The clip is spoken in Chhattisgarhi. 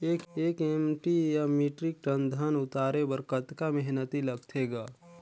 एक एम.टी या मीट्रिक टन धन उतारे बर कतका मेहनती लगथे ग?